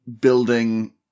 building